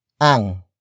Ang